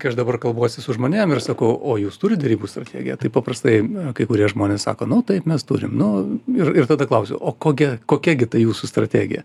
kai aš dabar kalbuosi su žmonėm ir sakau o jūs turit derybų strategiją tai paprastai kai kurie žmonės sako nu taip mes turim nu ir ir tada klausiu o kogia kokia gi ta jūsų strategija